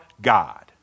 God